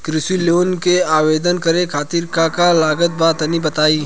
कृषि लोन के आवेदन करे खातिर का का लागत बा तनि बताई?